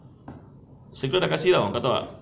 circular dah kasih [tau] kau tahu tak